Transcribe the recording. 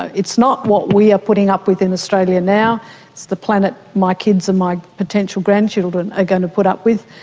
it's not what we are putting up with in australia now, it's the planet my kids and my potential grandchildren are ah going to put up with,